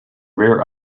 rare